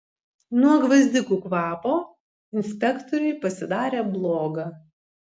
nuo gvazdikų kvapo inspektoriui pasidarė bloga